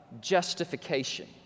justification